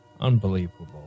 Unbelievable